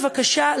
בבקשה,